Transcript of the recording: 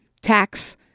tax